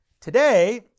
Today